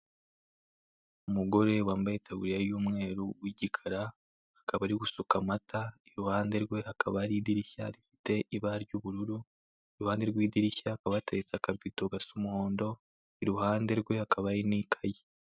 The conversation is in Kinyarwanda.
Umugore wambaye itaburiya y'umweru, w'igikara, akaba ari gusuka amata, iruhande rwe hakaba hari idirishya rifite ibara ry'ubururu, iruhande rw'idirishya hakaba hateretse aka bido gasa umuhondo, iruhande rwe hakaba hari n'ikayi.